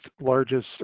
largest